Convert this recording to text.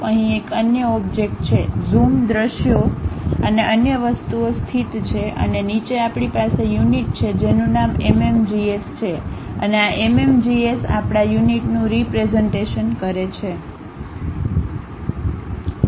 અહીં એક અન્ય ઓબ્જેક્ટ છે ઝૂમ દૃશ્યો અને અન્ય વસ્તુઓ સ્થિત છે અને નીચે આપણી પાસે યુનિટ છે જેનું નામ MMGS છે અને આ MMGS આપણા યુનિટ નું રીપ્રેઝન્ટેશન કરે છે